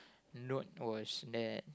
note was that